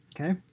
Okay